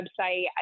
website